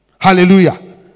Hallelujah